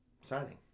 signing